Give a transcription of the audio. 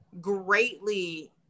greatly